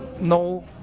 no